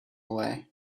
away